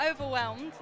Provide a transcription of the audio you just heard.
overwhelmed